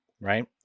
right